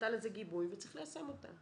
שנתן לזה גיבוי וצריך ליישם אותה.